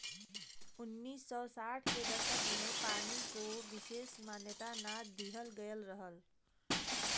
उन्नीस सौ साठ के दसक में पानी को विसेस मान्यता ना दिहल गयल रहल